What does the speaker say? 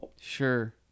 Sure